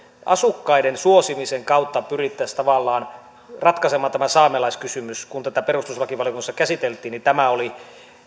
asukkaiden suosimisen kautta pyrittäisiin tavallaan ratkaisemaan tämä saamelaiskysymys kun tätä perustuslakivaliokunnassa käsiteltiin niin tämä oli